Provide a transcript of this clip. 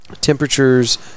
temperatures